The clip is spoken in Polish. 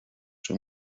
czy